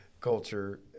culture